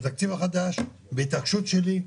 בתקציב החדש, בהתעקשות שלי,